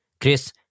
Chris